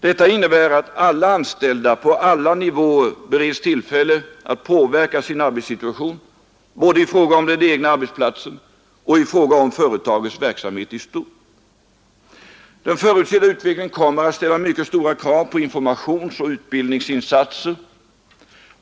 Detta innebär att alla anställda på alla nivåer bereds tillfälle att påverka sin arbetssituation både i fråga om den egna arbetsplatsen och i fråga om företagets verksamhet i stort. Den förutsedda utvecklingen kommer att ställa mycket stora krav på informationsoch utbildningsinsatser.